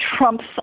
trumps